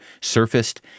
surfaced